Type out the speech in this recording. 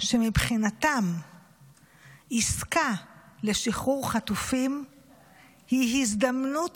שמבחינתם עסקה לשחרור חטופים היא הזדמנות